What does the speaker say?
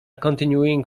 continuing